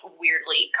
weirdly